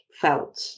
felt